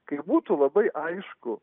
kai būtų labai aišku